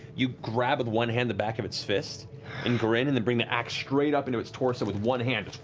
you grab with one hand the back of its fist and grin, and then bring the axe straight up into its torso with one hand.